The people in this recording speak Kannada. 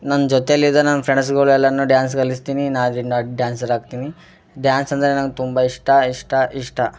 ನನ್ನ ಜೊತೆಯಲ್ಲಿದ್ದ ನನ್ನ ಫ್ರೆಂಡ್ಸುಗಳೆಲ್ಲ ಡ್ಯಾನ್ಸ್ ಕಲಿಸ್ತೀನಿ ನಾ ವಿನ್ನಾಗಿ ಡ್ಯಾನ್ಸರ್ ಆಗ್ತೀನಿ ಡ್ಯಾನ್ಸ್ ಅಂದರೆ ನಂಗೆ ತುಂಬ ಇಷ್ಟ ಇಷ್ಟ ಇಷ್ಟ